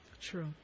True